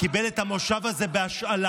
קיבל את המושב הזה בהשאלה,